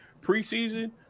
Preseason